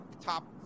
top